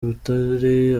butare